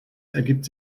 ergibt